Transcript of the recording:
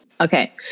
okay